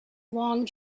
long